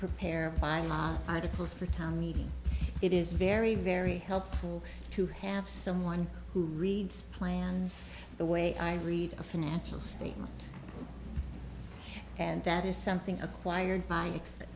prepare my articles for town meeting it is very very helpful to have someone who reads plans the way i read a financial statement and that is something acquired by